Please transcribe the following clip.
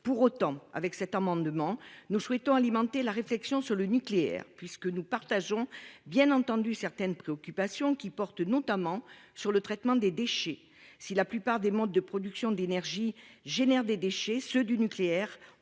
Par cet amendement, nous souhaitons alimenter la réflexion sur le nucléaire. Nous partageons en effet certaines préoccupations portant notamment sur le traitement des déchets. Si la plupart des modes de production d'énergie engendrent des déchets, ceux du nucléaire